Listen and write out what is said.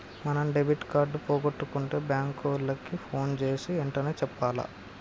మనం debit card పోగొట్టుకుంటే bank ఓళ్ళకి పోన్ జేసీ ఎంటనే చెప్పాల